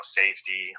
safety